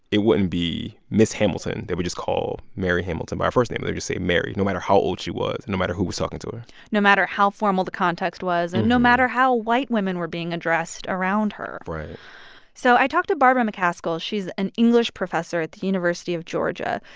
it wouldn't be miss hamilton. they would just call mary hamilton by her first name. they would just say mary, no matter how old she was, no matter who was talking to her no matter how formal the context was and no matter how white women were being addressed around her right so i talked to barbara mccaskill. she's an english professor at the university of georgia.